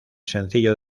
sencillo